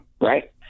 Right